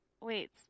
wait